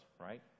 right